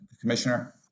Commissioner